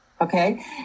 Okay